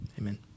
Amen